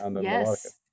Yes